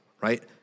right